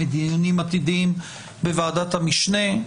מדיונים עתידיים בוועדת המשנה,